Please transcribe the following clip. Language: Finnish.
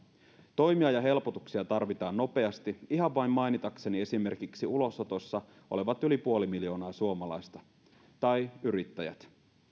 toimia ja helpotuksia tarvitaan nopeasti ihan vain mainitakseni esimerkiksi ulosotossa olevat yli puoli miljoonaa suomalaista tai yrittäjät